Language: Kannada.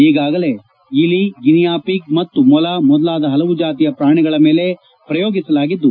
ಈಗಾಗಲೇ ಇಲಿ ಗಿನಿಯಾ ಪಿಗ್ ಮತ್ತು ಮೊಲ ಮೊದಲಾದ ಹಲವು ಜಾತಿಯ ಪ್ರಾಣಿಗಳ ಮೇಲೆ ಪ್ರಯೋಗಿಸಲಾಗಿದ್ದು